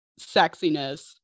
sexiness